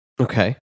Okay